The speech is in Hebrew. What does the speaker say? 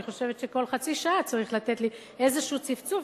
אני חושבת שכל חצי שעה צרייך לתת לי איזשהו צפצוף,